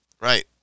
right